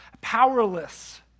powerless